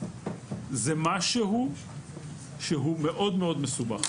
זה משהו שהוא מאוד מאוד מסובך.